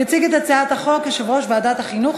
יציג את הצעת החוק יושב-ראש ועדת החינוך,